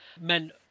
men